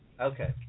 Okay